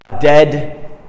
dead